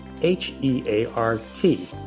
h-e-a-r-t